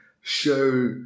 show